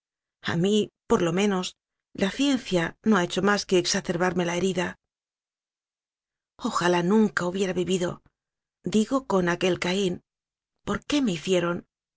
vidal a mí por lo menos la ciencia no ha hecho más que exacerbarme la herida ojalá nunca hubiera vivido digo con aquel caín porqué me hicieron